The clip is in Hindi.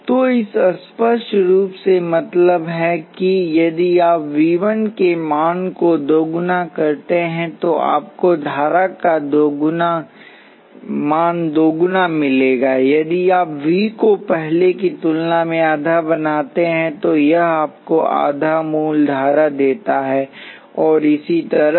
तो इसका स्पष्ट रूप से मतलब है कि यदि आप V 1 के मान को दोगुना करते हैं तो आपको धारा का दोगुना मिलेगा यदि आप V को पहले की तुलना में आधा बनाते हैं तो यह आपको आधा मूल धारा देता है और इसी तरह